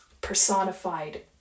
personified